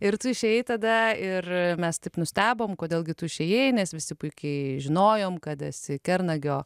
ir tu išėjai tada ir mes taip nustebom kodėl gi tu išėjai nes visi puikiai žinojom kad esi kernagio